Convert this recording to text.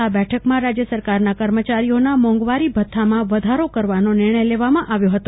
આ બેઠકમાં રાજ્ય સરકારના કર્મચારીઓના મોંઘવારી ભથ્થામાં વધારો કરવાનો નિર્ણય લેવામાં આવ્યો હતો